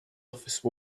office